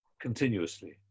continuously